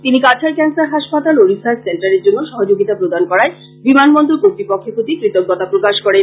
তিনি কাছাড় ক্যান্সার হাসপাতাল ও রিসার্চ সেন্টারের জন্য সহযোগীতা প্রদান করায় বিমানবন্দর কর্তৃপক্ষের প্রতি কৃতজ্ঞতা প্রকাশ করেন